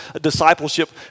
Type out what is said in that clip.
discipleship